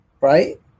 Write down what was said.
Right